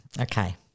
Okay